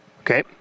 Okay